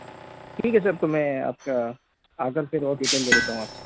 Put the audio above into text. ठीक है सर तो मैं आपका आ करके और डिटेल ले लेता हूँ आपसे